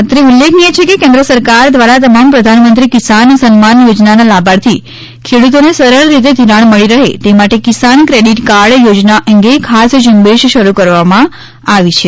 અત્રે ઉલ્લેખનીય છે કે કેન્દ્ર સરકાર દ્વારા તમામ પ્રધાનમંત્રી કિસાન સન્માન યોજનાના લાભાર્થી ખેડૂતોને સરળ રીતે ઘિરાણ મળી રહે તે માટે કિસાન ક્રેડિટ કાર્ડ યોજના અંગે ખાસ ઝુંબેશ શરૃ કરવામાં આવી છે